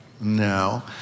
No